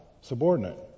subordinate